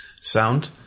sound